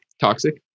Toxic